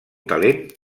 talent